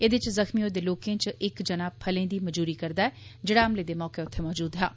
एहदे इच जख्मी होए दे लोकें इच इक जना फलें दी मजदूरी करदा ऐ जेड़ा हमले दे मौके उत्थे मौजूद हा